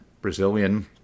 Brazilian